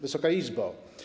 Wysoka Izbo!